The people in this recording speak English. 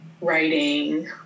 writing